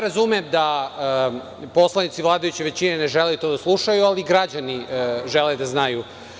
Razumem da poslanici vladajuće većine ne žele to da slušaju, ali građani žele da znaju.